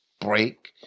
break